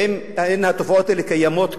האם התופעות האלה קיימות כאן,